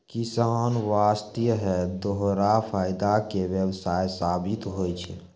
किसान वास्तॅ है दोहरा फायदा के व्यवसाय साबित होय छै